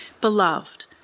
Beloved